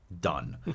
done